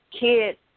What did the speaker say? kids